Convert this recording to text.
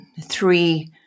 three